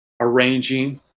arranging